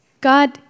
God